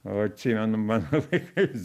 o atsimenu mano laikais